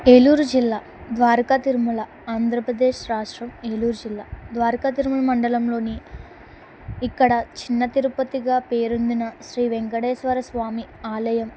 ఏలూరు జిల్లా ద్వారకా తిరుమల ఆంధ్రప్రదేశ్ రాష్ట్రం ఏలూరు జిల్లా ద్వారకా తిరుమల మండలంలోని ఇక్కడ చిన్న తిరుపతిగా పేరొందిన శ్రీ వెంకటేశ్వర స్వామి ఆలయం